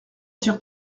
tires